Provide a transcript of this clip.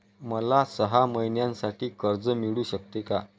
मला सहा महिन्यांसाठी कर्ज मिळू शकते का?